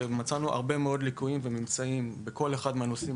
מצאנו הרבה מאוד ליקויים וממצאים בכל אחד מהנושאים